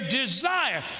desire